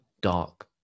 dark